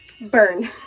burn